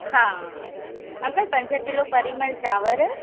हा अंकल पंज किलो परीमल चांवर